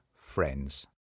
friends